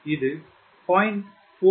இது 0